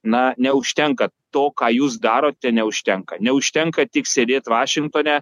na neužtenka to ką jūs darote neužtenka neužtenka tik sėdėt vašingtone